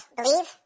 believe